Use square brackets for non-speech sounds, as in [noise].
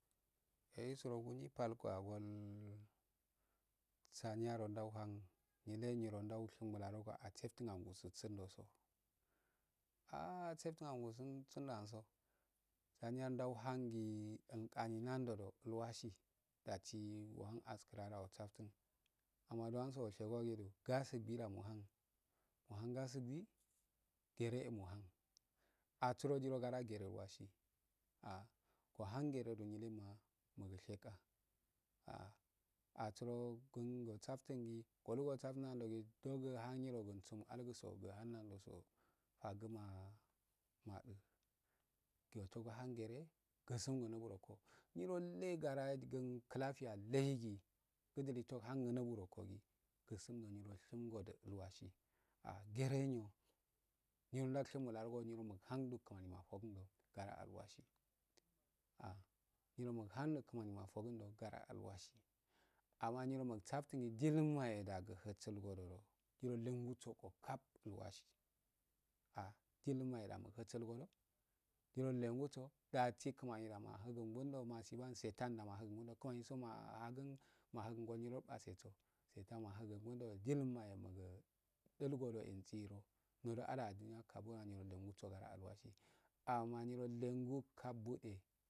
Yesidungon nyipalga agol dariyaro ndau han nyilenyiro ndaushi ngu mularogu asetunanguso sundoso [hesitation] aset unangunso sundo anso saniyan dauhangee nganee nandoso wasi dasii wuhin asikirarogun aosaftun amma dwanso wushegodi gasiqida muhun muhungaryi geree mukhn asuro nyirogaragere ulwasi [hesitation] wuhan geredu nyele ma nuhan mulesheg ah asuro gun gosaftungi guwosaftunnando gi doguhangirogusun algusodu ohananolso fagumag maddi gyio otahangee gusun ngu gununko nyioke gara klafiya laligie gudiligu cur giniburokogi gusungi nyiroishumgudi lwasi ah gee nyo nyiro dayshingu mularagu nyiro mu hado laimanimatokudu a dolwasi ahnyiro muhado laimmi mafogundo garaalwasi ali nyiro nuhundokimani ya fogundo garaalwahi ama nyiro muksaftun gee gilmayo da mukhusic gwado nyiro llenguso dasii ncimani da mahungnndo masiban settanda mahungundo kimaniso a hangunyiro iba seso settanda muhumguldo nyilmayo da mukdulgodo ensero nyiro aladunaka bbu ani undunoso garaalwasi amma nyirollengu kabbue.